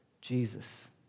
Jesus